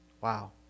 Wow